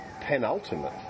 penultimate